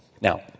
Now